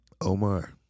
Omar